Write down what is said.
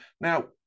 Now